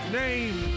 name